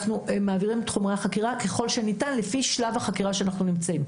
אנחנו מעבירים את חומרי החקירה ככל שניתן לפי שלב החקירה שאנחנו נמצאים,